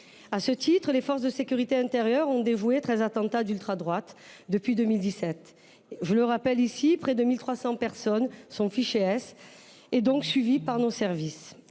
À ce titre, les forces de sécurité intérieure ont déjoué treize attentats d’ultradroite depuis 2017. Je le rappelle ici, près de 1 300 personnes sont fichées S et, donc, suivies par nos services.